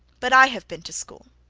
but i have been to school,